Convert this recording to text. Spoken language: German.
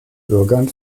bürgern